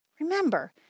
Remember